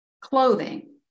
Clothing